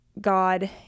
God